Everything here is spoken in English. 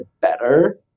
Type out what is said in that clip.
better